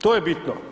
To je bitno.